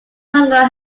longer